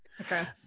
Okay